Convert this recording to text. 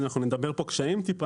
אם אנחנו נדבר פה על קשיים טיפה,